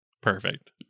Perfect